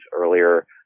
earlier